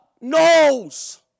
knows